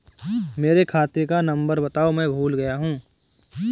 मेरे खाते का नंबर बताओ मैं भूल गया हूं